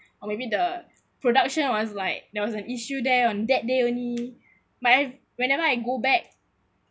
or maybe the production was like there was an issue there on that day only my whenever I go back